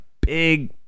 big